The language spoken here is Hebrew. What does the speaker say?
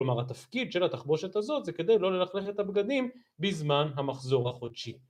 כלומר התפקיד של התחבושת הזאת זה כדי לא ללכלך את הבגדים בזמן המחזור החודשי